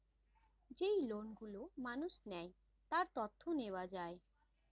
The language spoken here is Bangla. যেই লোন গুলো মানুষ নেয়, তার তথ্য নেওয়া যায়